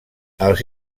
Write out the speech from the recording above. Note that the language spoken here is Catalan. els